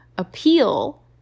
appeal